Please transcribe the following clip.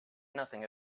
nothing